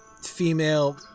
female